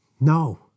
no